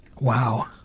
Wow